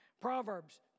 proverbs